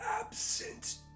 absent